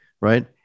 right